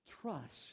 Trust